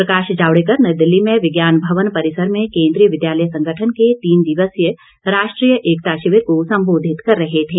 प्रकाश जावड़ेकर नई दिल्ली में विज्ञान भवन परिसर में केंद्रीय विद्यालय संगठन के तीन दिवसीय राष्ट्रीय एकता शिविर को संबोधित कर रहे थे